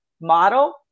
model